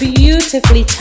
beautifully